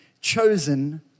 chosen